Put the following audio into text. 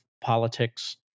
politics